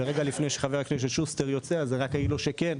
ורגע לפני שחבר הכנסת שוסטר יוצא אגיד לו שכן,